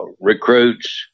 recruits